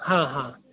हां हां